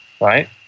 right